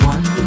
One